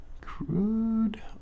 Crude